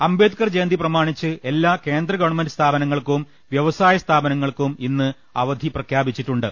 അംബേദ്കർ ജയന്തി പ്രമാണിച്ച് എല്ലാ കേന്ദ്ര ഗവൺമെന്റ് സ്ഥാപ നങ്ങൾക്കും വൃവസായ സ്ഥാപനങ്ങൾക്കും ഇന്ന് അവധി പ്രഖ്യാ പിച്ചിട്ടുണ്ട്